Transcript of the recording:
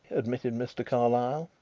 admitted mr. carlyle.